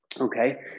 Okay